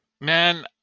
Man